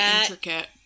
intricate